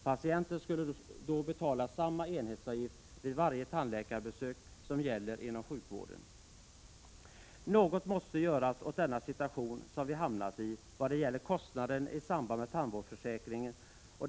Patienten skulle då betala samma enhetsavgift vid varje tandläkarbesök som gäller inom sjukvården. Något måste göras åt denna situation som vi hamnat i vad det gäller kostnaderna i samband med tandvårdsförsäkringen.